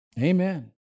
Amen